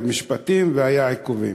והיו משפטים והיו עיכובים.